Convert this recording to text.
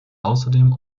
außerdem